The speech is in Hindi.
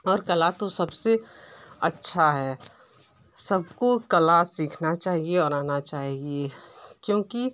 और कला तो सबसे अच्छी है सब को कला सीखना चाहिए और आना चाहिए क्योंकि